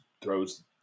throws